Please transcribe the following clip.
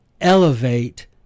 elevate